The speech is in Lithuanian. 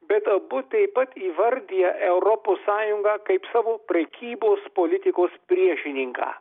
bet abu taip pat įvardija europos sąjungą kaip savo prekybos politikos priešininką